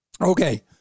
Okay